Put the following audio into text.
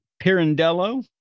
Pirandello